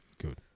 good